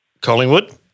Collingwood